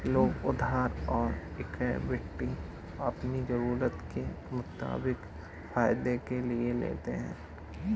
लोग उधार और इक्विटी अपनी ज़रूरत के मुताबिक फायदे के लिए लेते है